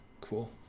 cool